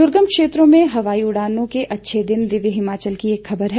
दुर्गम क्षेत्रों में हवाई उड़ानों के अच्छे दिन दिव्य हिमाचल की एक खबर है